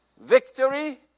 victory